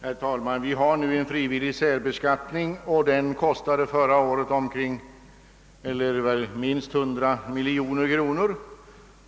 Herr talman! Vi har nu en frivillig särbeskattning. Den kostade förra året statskassan minst 100 miljoner kronor.